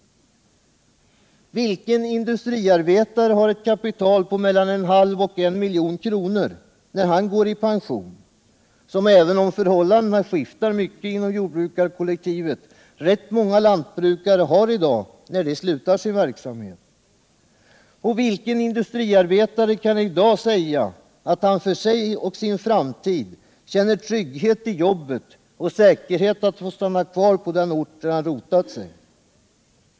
Vilken industriarbetare har ett kapital på mellan 1/2 och 1 milj.kr. när han går i pension, som — även om förhållandena skiftar — rätt många lantbrukare har i dag när de slutar sin verksamhet? Och vilken industriarbetare kan i dag säga att han för sin framtid känner trygghet i jobbet och är säker på att få stanna kvar på den ort där han rotat sig?